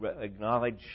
acknowledge